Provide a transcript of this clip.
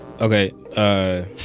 Okay